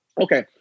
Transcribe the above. Okay